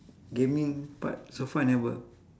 gaming but so far I never